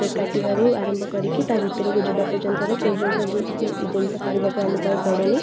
ticket କାଟିବାରୁ ଆରମ୍ଭ କରିକି ତା ଭିତରୁକୁ ଯିବା ପର୍ଯ୍ୟନ୍ତର ସେଇ ଯେଉଁ ସବୁ ଜିନିଷ କରିବାକୁ ଆମୁକୁ ଆଉ ପଡ଼ୁନି